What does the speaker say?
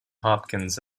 hopkins